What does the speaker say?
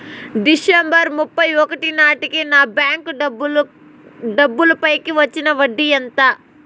December ముప్పై ఒకటి నాటేకి నా బ్యాంకు డబ్బుల పై వచ్చిన వడ్డీ ఎంత?